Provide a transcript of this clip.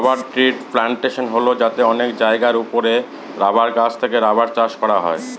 rubber ট্রির plantation হল যাতে অনেক জায়গার ওপরে রাবার গাছ থেকে রাবার চাষ করা হয়